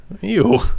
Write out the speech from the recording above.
Ew